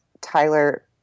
Tyler